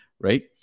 Right